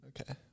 Okay